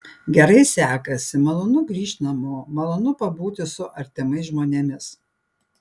gerai sekasi malonu grįžt namo malonu pabūti su artimais žmonėmis